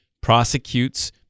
prosecutes